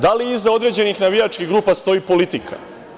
Da li iza određenih navijačkih grupa stoji politika?